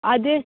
ಅದೇ